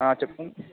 చెప్పు